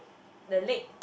the leg